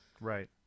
right